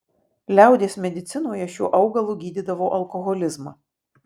liaudies medicinoje šiuo augalu gydydavo alkoholizmą